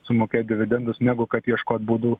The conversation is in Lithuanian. sumokėt dividendus negu kad ieškot būdų